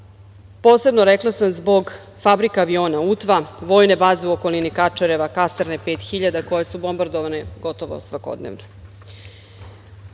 posebno, rekla sam, zbog fabrike aviona „Utva“, vojne baze u okolini Kačareva, kasarne „Pet hiljada“ koje su bombardovane gotovo svakodnevno.